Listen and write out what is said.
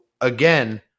again